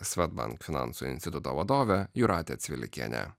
swedbank finansų instituto vadovė jūratė cvilikienė